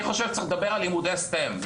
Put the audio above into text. יש 18,500 עובדים, למעלה מ-13,000 עובדים בארץ.